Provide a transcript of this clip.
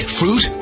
fruit